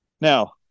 Now